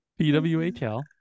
PWHL